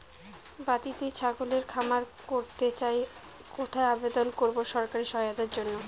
বাতিতেই ছাগলের খামার করতে চাই কোথায় আবেদন করব সরকারি সহায়তার জন্য?